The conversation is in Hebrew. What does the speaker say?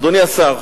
אדוני השר,